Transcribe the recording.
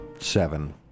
seven